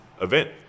event